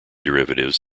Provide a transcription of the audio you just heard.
derivatives